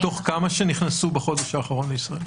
מתוך כמה שנכנסו בחודש האחרון לישראל?